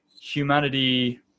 humanity